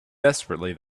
desperately